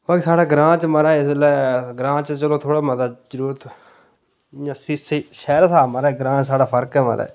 पर साढ़े ग्रांऽ च महाराज इसलै ग्रांऽ च चलो थोह्ड़ा मता जरूरत शैह्रा शा महाराज ग्रांऽ साढ़ै फर्क ऐ महाराज